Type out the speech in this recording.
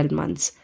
months